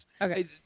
Okay